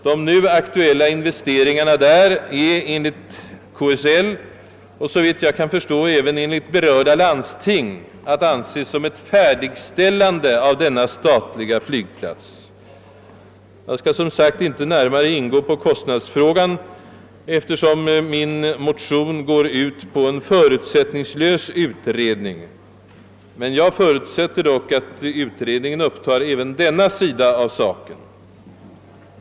De nu aktuella investeringarna där är enligt KSL och såvitt jag kan förstå även enligt berörda landsting att anse som ett färdigställande av denna statliga flygplats. Jag skall som sagt inte närmare ingå på kostnadsfrågan, eftersom min motion går ut på en förutsättningslös utredning. Men jag förutsätter att utredningen upptar även denna sida av saken.